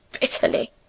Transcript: bitterly